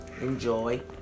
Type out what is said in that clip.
enjoy